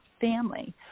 family